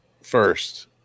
first